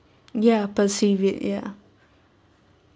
ya perceive it ya